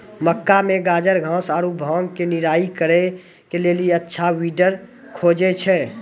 मक्का मे गाजरघास आरु भांग के निराई करे के लेली अच्छा वीडर खोजे छैय?